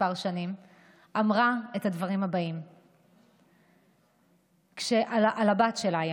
שנים אמרה את הדברים הבאים על הבת שלה: